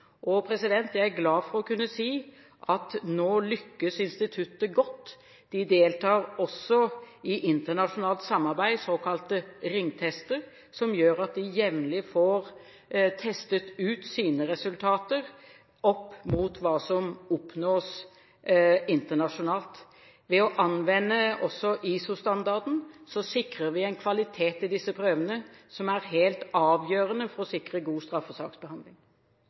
Og jeg er glad for å kunne si at nå lykkes instituttet godt. De deltar også i internasjonalt samarbeid, såkalte ringtester, noe som gjør at de jevnlig får testet sine resultater opp mot hva som oppnås internasjonalt. Ved å anvende ISO-standarden, sikrer vi en kvalitet i disse prøvene som er helt avgjørende for å sikre god straffesaksbehandling.